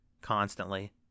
constantly